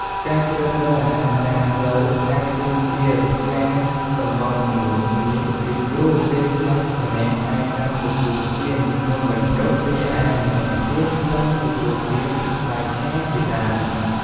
ការជ្រើសរើសអាហារតាមផ្លូវអាចទាមទារការសម្របសម្រួលគ្នា ពីព្រោះពេលខ្លះ ម្នាក់អាចចង់ទទួលទាននំបញ្ចុក រីឯម្នាក់ទៀតចង់ទទួលទានបាយឆាជាដើម។